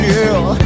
Girl